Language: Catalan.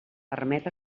permet